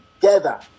together